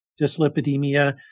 dyslipidemia